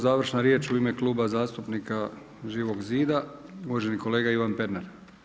Završna riječ u ime Kluba zastupnika Živog zida, uvaženi kolega Ivan Pernar.